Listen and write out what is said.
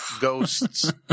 ghosts